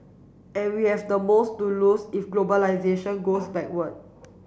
and we have the most to lose if globalisation goes backward